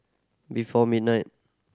before midnight